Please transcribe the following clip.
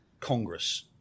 Congress